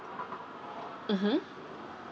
mmhmm